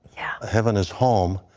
yeah heaven is home.